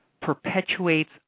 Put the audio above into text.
perpetuates